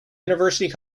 university